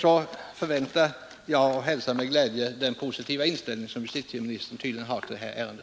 Jag hälsar vidare med glädje den positiva inställning som justitieministern tydligen har i detta ärende.